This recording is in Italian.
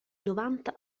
novanta